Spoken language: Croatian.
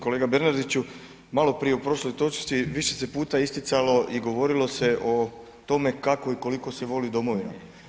Kolega Bernardiću, maloprije u prošloj točci više se puta isticalo i govorilo se o tome kako i koliko se voli domovina.